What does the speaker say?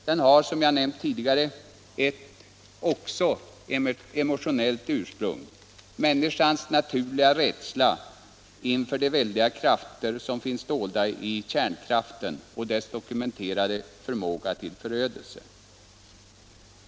Den har, som jag nämnt tidigare, också ett emotionellt ursprung, människans naturliga rädsla inför de väldiga krafter som finns dolda i kärnkraften och dess dokumenterade förmåga till förödelse.